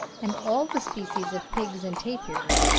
and all the species of pigs and tapirs,